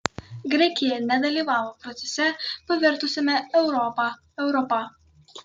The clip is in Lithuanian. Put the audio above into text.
graikija nedalyvavo procese pavertusiame europą europa